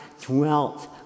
dwelt